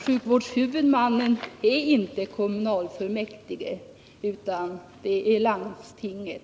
Sjukvårdshuvudmannen är inte kommunfullmäktige utan landstinget.